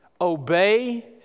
Obey